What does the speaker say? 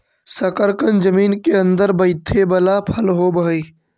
शकरकन जमीन केअंदर बईथे बला फल होब हई